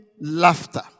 laughter